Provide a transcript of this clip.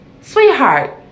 Sweetheart